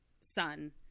son